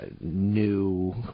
new